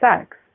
sex